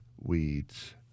Weeds